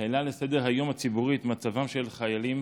העלה על סדר-היום הציבורי את מצבם של החיילים